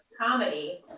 Comedy